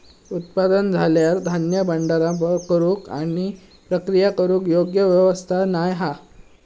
उत्पादन झाल्यार धान्य भांडार करूक आणि प्रक्रिया करूक योग्य व्यवस्था नाय हा